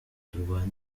turwane